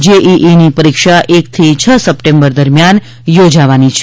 જેઈઈની પરીક્ષા એકથી છ સપ્ટેમ્બર દરમિયાન યોજાવાની છે